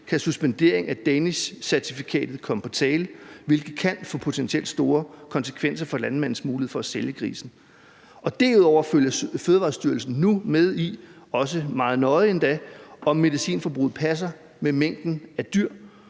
kan suspendering af DANISH-certifikatet komme på tale, hvilket potentielt kan få store konsekvenser for landmandens muligheder for at sælge grisen. Derudover følger Fødevarestyrelsen nu med i, også meget nøje endda, om medicinforbruget passer med mængden af dyr.